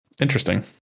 interesting